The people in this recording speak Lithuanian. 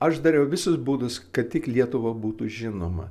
aš dariau visus būdus kad tik lietuva būtų žinoma